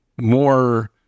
more